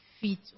feet